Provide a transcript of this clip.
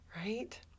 right